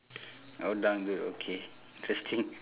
oh dangdut okay interesting